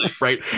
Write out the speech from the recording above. Right